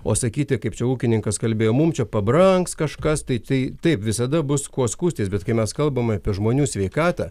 o sakyti kaip čia ūkininkas kalbėjo mum čia pabrangs kažkas tai tai taip visada bus kuo skųstis bet kai mes kalbame apie žmonių sveikatą